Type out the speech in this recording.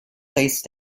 place